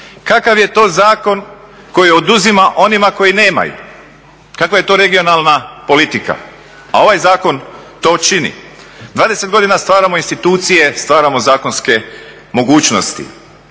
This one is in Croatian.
Kakav je to zakon koji oduzima onima koji nemaju, kakva je to regionalna politika. A ovaj zakon to čini. Dvadeset godina stvaramo institucije, stvaramo zakonske mogućnost,